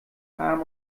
arm